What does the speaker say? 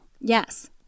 Yes